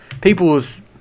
people's